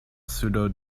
sudo